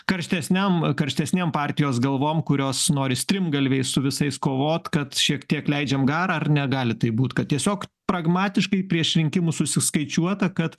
karštesniam karštesniem partijos galvom kurios nori strimgalviais su visais kovot kad šiek tiek leidžiam garą ar negali taip būt kad tiesiog pragmatiškai prieš rinkimus susikaičiuota kad